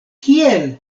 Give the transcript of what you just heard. kiel